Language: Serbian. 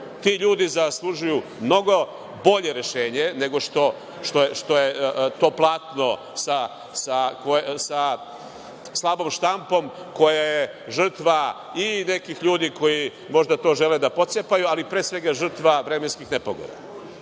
Ti ljudi zaslužuju mnogo bolje rešenje nego što je to platno sa slabom štampom, koje je žrtva i nekih ljudi koji možda to žele da pocepaju, ali pre svega žrtva vremenskih nepogoda. Mislim